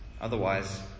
Otherwise